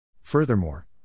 Furthermore